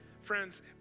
Friends